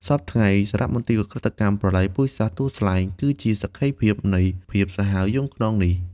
សព្វថ្ងៃ សារមន្ទីរឧក្រិដ្ឋកម្មប្រល័យពូជសាសន៍ទួលស្លែង គឺជាសក្ខីភាពនៃភាពសាហាវយង់ឃ្នងនេះ។